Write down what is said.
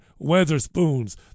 Weatherspoons